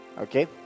Okay